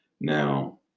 Now